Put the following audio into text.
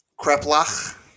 Kreplach